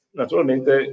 naturalmente